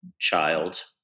child